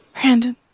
Brandon